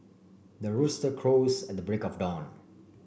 the rooster crows at the break of dawn